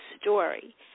story